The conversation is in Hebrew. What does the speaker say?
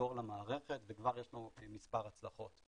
לחדור למערכת וכבר יש לנו מספר הצלחות.